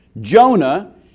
Jonah